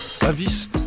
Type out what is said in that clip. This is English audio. avis